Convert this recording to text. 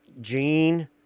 Gene